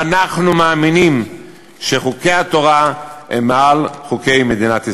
ואנחנו מאמינים שחוקי התורה הם מעל חוקי מדינת ישראל.